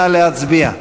נא להצביע.